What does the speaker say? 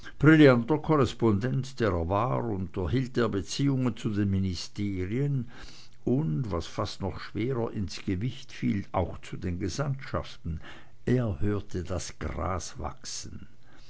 war unterhielt er beziehungen zu den ministerien und was fast noch schwerer ins gewicht fiel auch zu den gesandtschaften er hörte das gras wachsen